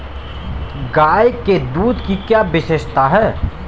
गाय के दूध की क्या विशेषता है?